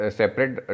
separate